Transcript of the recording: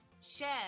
share